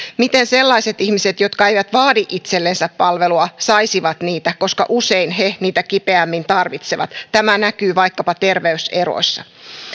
miten sellaiset ihmiset jotka eivät vaadi itsellensä palveluita saisivat niitä koska usein he niitä kipeimmin tarvitsevat tämä näkyy vaikkapa terveyseroissa